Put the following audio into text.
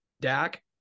Dak